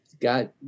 got